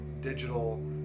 digital